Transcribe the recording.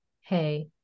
hey